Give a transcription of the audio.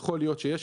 יכול להיות שיש,